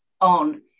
on